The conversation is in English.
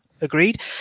Agreed